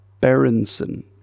Berenson